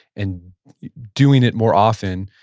and doing it more often,